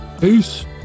peace